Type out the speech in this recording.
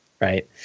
right